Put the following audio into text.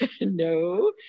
no